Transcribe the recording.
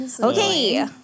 Okay